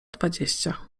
dwadzieścia